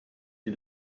die